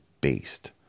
based